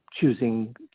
choosing